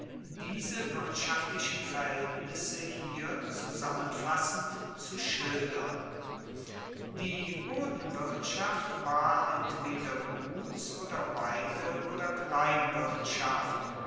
diese wirtschaftlichen verhaeltnisse hier zusammenfassend zu schildern die bodenwirtschaft war entweder guts oder weide oder